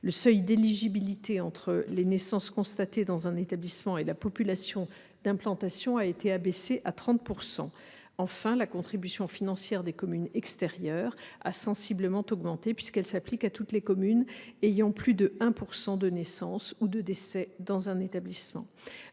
Le seuil d'éligibilité entre les naissances constatées dans un établissement et la population d'implantation a été abaissé à 30 %. Enfin, la contribution financière des communes extérieures a sensiblement augmenté, puisqu'elle s'applique à toutes les communes ayant plus de 1 % de naissances ou de décès dans un établissement.